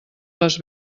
les